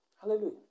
Hallelujah